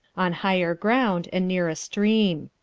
on higher ground and near a stream.